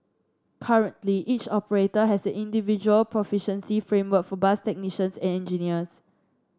currently each operator has individual proficiency framework for bus technicians and engineers